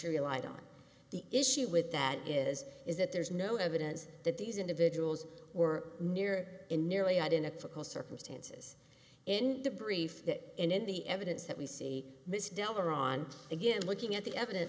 shari'a lied on the issue with that is is that there's no evidence that these individuals were near in nearly identical circumstances in the brief that in the evidence that we see this delamont again looking at the evidence